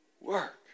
work